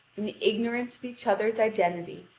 in ignorance of each other's identity,